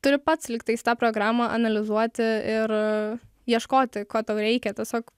turi pats lygtais tą programą analizuoti ir ieškoti ko tau reikia tiesiog